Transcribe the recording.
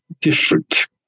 different